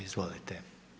Izvolite.